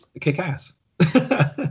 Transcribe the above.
kick-ass